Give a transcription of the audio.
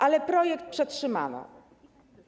Ale projekt przetrzymano.